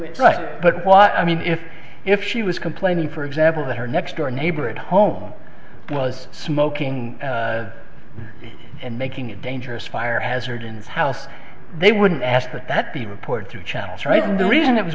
it right but what i mean if if she was complaining for example that her next door neighbor at home was smoking and making a dangerous fire hazard in his house they wouldn't ask that the report through channels right and the reason that was